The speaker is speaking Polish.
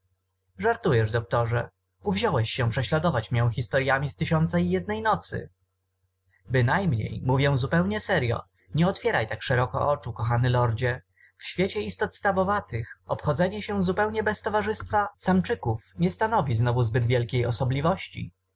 żartujesz doktorze uwziąłeś się prześladować mię historyami z tysiąca i jednej nocy bynajmniej mówię zupełnie seryo nie otwieraj tak szeroko oczu kochany lordzie w świecie istot stawowatych obchodzenie się zupełne bez towarzystwa samczyków nie stanowi znowu zbyt wielkiej osobliwości